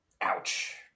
ouch